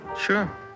Sure